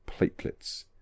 platelets